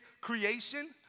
creation